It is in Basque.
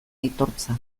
aitortza